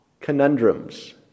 conundrums